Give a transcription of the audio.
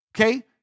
Okay